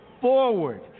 forward